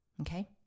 Okay